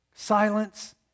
Silence